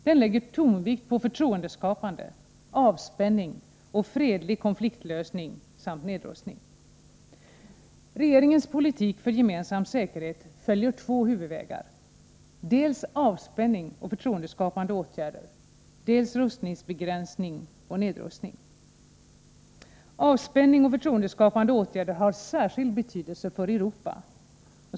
Den lägger tonvikt på förtroendeskapande, avspänning och fredlig konfliktlösning samt nedrustning. Regeringens politik för gemensam säkerhet följer två huvudvägar: Avspänning och förtroendeskapande åtgärder har särskild betydelse för Europa.